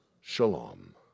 Shalom